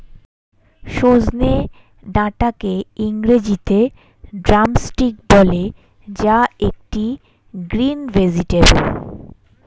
সজনে ডাটাকে ইংরেজিতে ড্রামস্টিক বলে যা একটি গ্রিন ভেজেটাবেল